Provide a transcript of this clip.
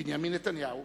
בנימין נתניהו